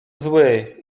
zły